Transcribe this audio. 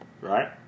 Right